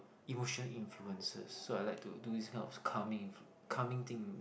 emotional influences so I like to do this kind of calming calming thing